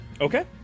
Okay